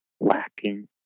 lacking